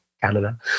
Canada